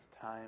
time